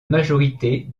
majorité